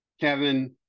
Kevin